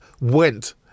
went